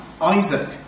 Isaac